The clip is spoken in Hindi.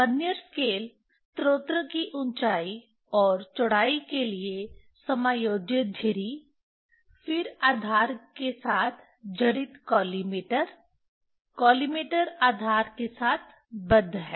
वर्नियर स्केल स्रोत की ऊंचाई और चौड़ाई के लिए समायोज्य झिरी फिर आधार के साथ जड़ित कॉलिमेटर कॉलिमेटर आधार के साथ बद्ध है